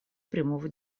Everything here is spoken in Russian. прямого